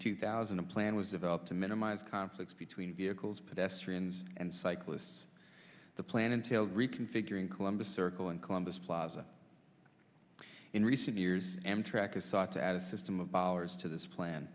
two thousand a plan was developed to minimize conflicts between vehicles pedestrians and cyclists the plan entailed reconfiguring columbus circle and columbus plaza in recent years amtrak has sought to add a system of ours to this plan